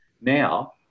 Now